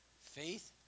Faith